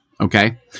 Okay